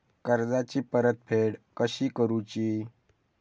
कर्जाची परतफेड कशी करुची?